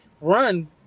run